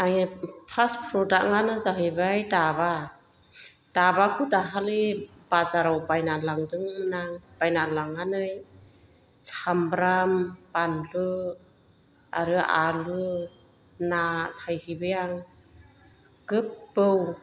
आंनि फार्स्ट प्र'डाक्टङानो जाहैबाय दाबा दाबाखौ दाखालि बाजाराव बायनानै लांदोंमोन आं बायनानै लांनानै सामब्राम बानलु आरो आलु ना सायहैबाय आं गोबौ